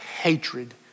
hatred